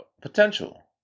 potential